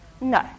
no